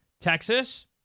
Texas